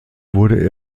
wurde